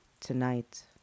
tonight